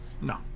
no